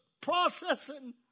processing